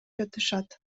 жатышат